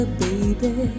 baby